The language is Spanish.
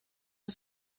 del